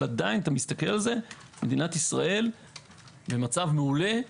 אבל עדיין מדינת ישראל במצב מעולה,